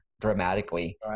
dramatically